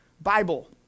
Bible